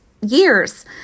years